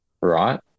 right